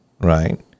Right